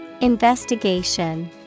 Investigation